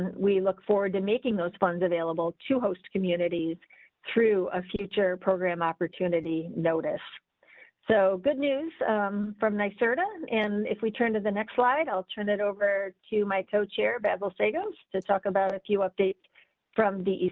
we look forward to making those funds available to host communities through a future program opportunity, notice so good news from neisseria. ah but and if we turn to the next slide, i'll turn it over to my co chair basil sagos to talk about a few updates from the.